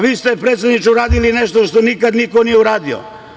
Vi ste, predsedniče, uradili nešto što niko nikad nije uradio.